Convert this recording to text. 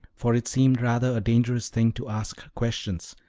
for it seemed rather a dangerous thing to ask questions,